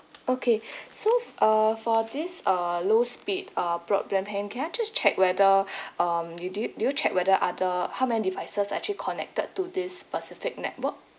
okay so err for this err low speed uh broadband plan can I just check whether um you did do you check whether other how many devices actually connected to this specific network